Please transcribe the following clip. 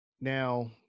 Now